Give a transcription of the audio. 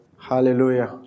Hallelujah